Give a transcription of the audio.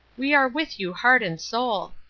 we are with you heart and soul.